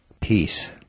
peace